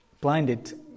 blinded